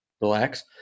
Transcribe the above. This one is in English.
relax